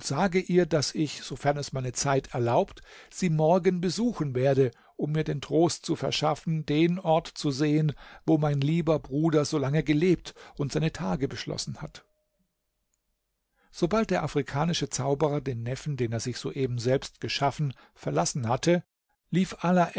sage ihr daß ich sofern es meine zeit erlaubt sie morgen besuchen werde um mir den trost zu verschaffen den ort zu sehen wo mein lieber bruder solange gelebt und seine tage beschlossen hat sobald der afrikanische zauberer den neffen den er sich soeben selbst geschaffen verlassen hatte lief